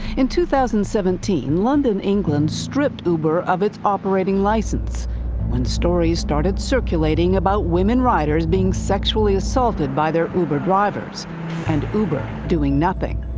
in two thousand and seventeen, london, england stripped uber of its operating license when stories started circulating about women riders being sexually assaulted by their uber drivers and uber doing nothing.